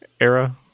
era